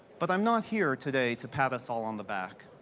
but i'm not here today to pat us all on the back.